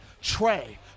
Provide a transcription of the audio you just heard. Trey